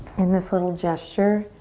in this little gesture.